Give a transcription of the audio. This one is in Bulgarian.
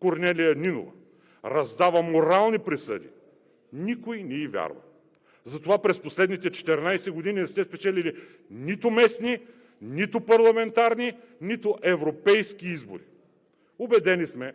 Корнелия Нинова раздава морални присъди, никой не ѝ вярва. Затова през последните 14 години не сте спечелили нито местни, нито парламентарни, нито европейски избори. Убедени сме,